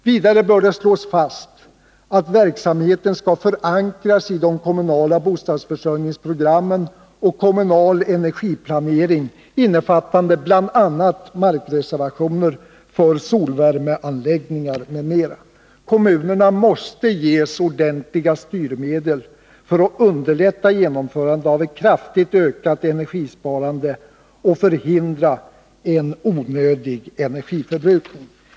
Vidare bör det slås fast att verksamheten skall förankras i kommunala bostadsförsörjningsprogram och kommunal energiplanering, innefattande bl.a. markreservationer för solvärmeanläggningar m.m. Kommunerna måste ges ordentliga styrmedel för att underlätta genomförandet av ett kraftigt ökat energisparande och förhindra en onödig energiförbrukning.